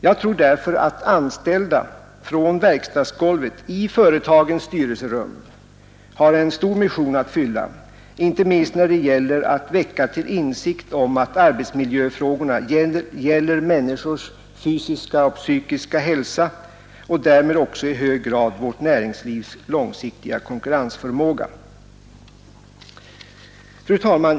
Jag tror därför att anställda från verkstadsgolvet har en stor mission att fylla i företagens styrelserum inte minst när det gäller att väcka till insikt om att arbetsmiljöfrågorna gäller människors fysiska och psykiska hälsa och därmed också i hög grad vårt näringslivs långsiktiga konkurrensförmåga. Fru talman!